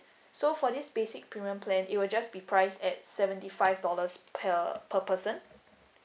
so for this basic premium plan it will just be price at seventy five dollars per per person